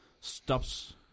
stops